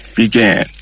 began